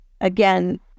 again